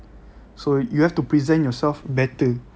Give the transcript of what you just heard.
so you have to present yourself better